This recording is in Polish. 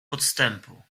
podstępu